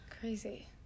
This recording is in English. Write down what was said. Crazy